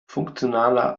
funktionaler